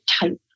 type